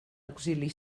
auxili